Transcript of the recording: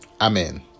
Amen